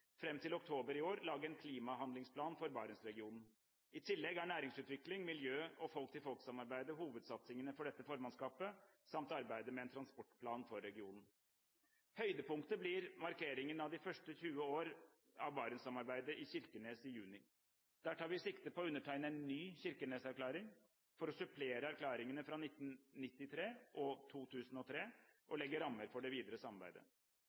fram til oktober i år, lage en klimahandlingsplan for Barentsregionen. I tillegg er næringsutvikling, miljø og folk-til-folk-samarbeidet hovedsatsingene for dette formannskapet samt arbeidet med en transportplan for regionen. Høydepunktet blir markeringen av de første 20 år av Barentssamarbeidet i Kirkenes i juni. Der tar vi sikte på å undertegne en ny kirkeneserklæring for å supplere erklæringene fra 1993 og 2003 og legge rammer for det videre samarbeidet.